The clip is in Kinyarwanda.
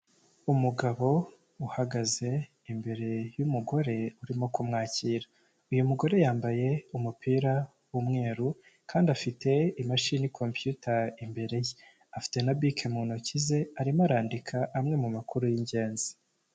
Umugabo uhagaze imbere y'umugore urimo kumwakira, uyu mugore yambaye umupira w'umweru kandi afite imashini kompiyuta imbere ye, afite na bike mu ntoki ze arimo arandika amwe mu makuru y'ingenzi.